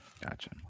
Gotcha